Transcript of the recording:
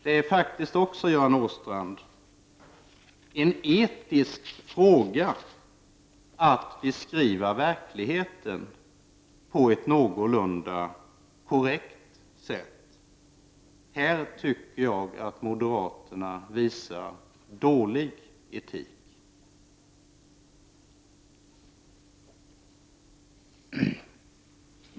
Det är faktiskt också en etisk fråga att beskriva verkligheten på ett någorlunda korrekt sätt, Göran Åstrand. Här tycker jag att moderaterna visar dålig etik.